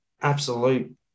absolute